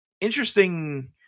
Interesting